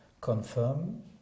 confirm